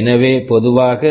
எனவே பொதுவாக